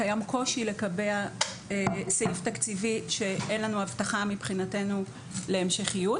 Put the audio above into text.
קיים קושי לקבע סעיף תקציבי שאין לנו הבטחה מבחינתנו להמשכיות,